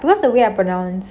because the way I pronounce